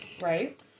Right